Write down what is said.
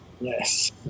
yes